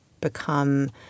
become